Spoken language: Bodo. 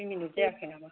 दुइ मिनिट जायाखै नामा